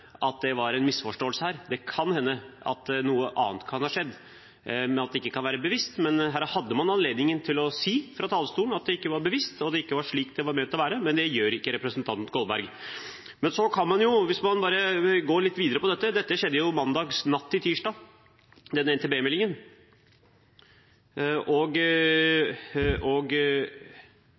at det var en misforståelse her, at det kan hende at noe annet kan ha skjedd, at det ikke var bevisst. Da hadde man anledning til å si fra talerstolen at det ikke var bevisst, og at det ikke var slik det var ment, men det gjorde ikke representanten Kolberg. For å gå litt videre på dette: Denne NTB-meldingen kom natt til tirsdag. Et par dager etterpå – så vidt jeg vet, var det i